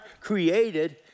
created